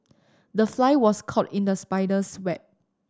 the fly was caught in the spider's web